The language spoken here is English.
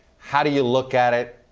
how do you look at it?